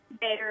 better